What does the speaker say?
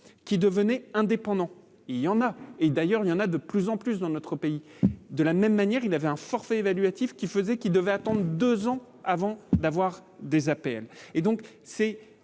qui devenait indépendant il y en a, et d'ailleurs il y en a de plus en plus dans notre pays, de la même manière, il avait un forfait évaluatif qui faisait qu'qui devait attendre 2 ans avant d'avoir des APL et donc c'est